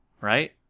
right